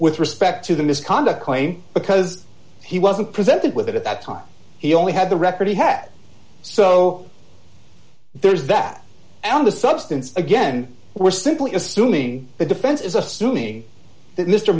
with respect to the misconduct claim because he wasn't presented with it at that time he only had the record he had so there's that on the substance again we're simply assuming the defense is a